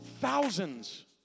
thousands